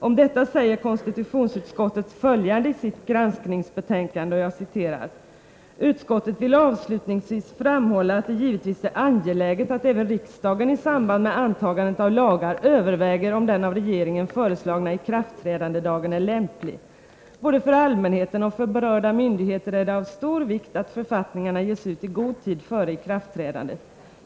Om detta säger konstitutionsutskottet följande i sitt granskningsbetänkande 1983/84:30: ”Utskottet vill avslutningsvis framhålla att det givetvis är angeläget att även riksdagen i samband med antagandet av lagar överväger om den av regeringen föreslagna ikraftträdandedagen är lämplig. Både för allmänheten och för berörda myndigheter är det av stor vikt att författningarna ges ut i god tid före ikraftträdandet.